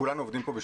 וכולנו עובדים פה,